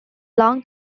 long